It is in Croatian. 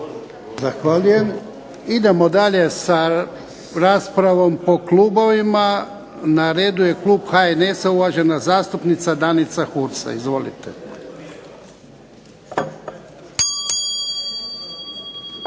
Zahvaljujem. Idemo dalje sa raspravom po klubovima. Na redu je klub HNS-a uvažena zastupnica Danica Hursa. Izvolite.